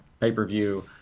pay-per-view